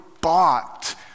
bought